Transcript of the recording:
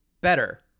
better